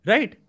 Right